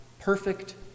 perfect